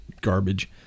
garbage